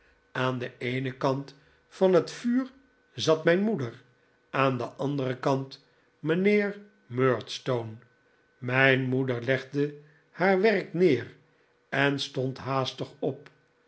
aan den eenen kant van het vuur zat mijn moeder aan den anderen kant mijnheer murdstone mijn moeder legde haar werk neer en stond haastig op